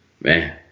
Man